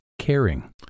caring